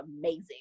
amazing